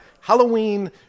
Halloween